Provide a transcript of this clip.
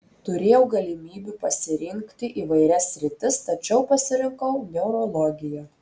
turėjau galimybių pasirinkti įvairias sritis tačiau pasirinkau neurologiją